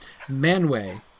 Manway